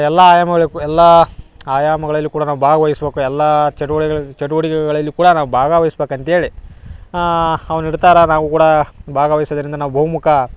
ಎಲ್ಲ ಆಯಾಮಗಳಿಗೆ ಕು ಎಲ್ಲಾ ಆಯಾಮಗಳಲ್ಲಿ ಕೂಡ ನಾವು ಭಾಗ್ವಹಿಸಬೇಕು ಎಲ್ಲಾ ಚಟುವಟಿಕೆಗಳಿಗೆ ಚಟುವಟಿಕೆಗಳಲ್ಲಿ ಕೂಡ ನಾವು ಭಾಗ್ವಹಿಸ್ಬೇಕು ಅಂತೇಳಿ ನಾವು ಕೂಡ ಭಾಗವಹಿಸುದರಿಂದ ನಾವು ಬಹುಮುಖ